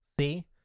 See